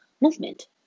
movement